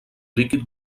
líquid